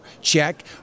check